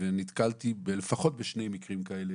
ונתקלתי בלפחות שני מקרים כאלה